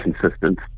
consistent